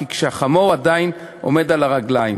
כי כשהחמור עדיין עומד על הרגליים,